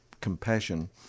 compassion